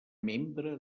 membre